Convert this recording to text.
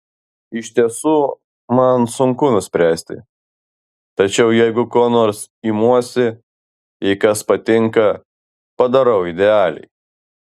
iš tiesų man sunku nuspręsti tačiau jeigu ko nors imuosi jei kas patinka padarau idealiai